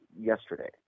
yesterday